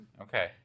Okay